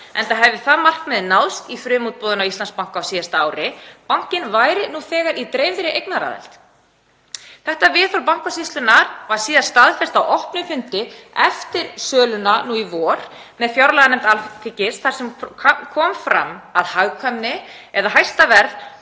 enda hefði það markmið náðst í frumútboðinu á Íslandsbanka á síðasta ári og bankinn væri nú þegar í dreifðri eignaraðild. Þetta viðhorf Bankasýslunnar var síðan staðfest á opnum fundi eftir söluna í vor með fjárlaganefnd Alþingis þar sem kom fram að hagkvæmni eða hæsta verð